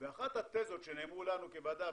אחת התזות שנאמרו לנו כוועדה,